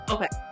Okay